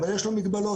אבל יש לו מגבלות.